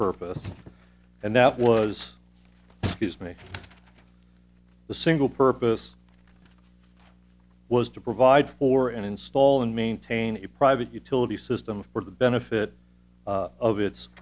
purpose and that was his make the single purpose was to provide for and install and maintain a private utility system for the benefit of its